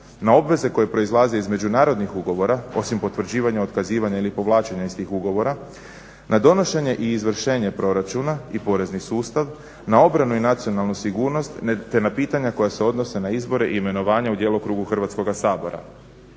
na obveze koje proizlaze iz međunarodnih ugovora, osim potvrđivanja, otkazivanja ili povlačenja iz tih ugovora, na donošenje i izvršenje proračuna i porezni sustav, na obranu i nacionalnu sigurnost te na pitanja koja se odnose na izbore i imenovanja u djelokrugu Hrvatskoga sabora.